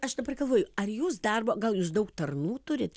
aš dabar galvoju ar jūs darbo gal iš daug tarnų turit